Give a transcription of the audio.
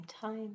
time